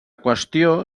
qüestió